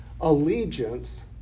allegiance